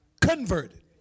converted